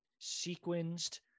sequenced